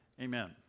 amen